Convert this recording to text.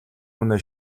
хүнээ